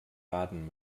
baden